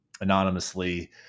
anonymously